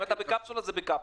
אם אתה בקפסולה, זה בקפסולה.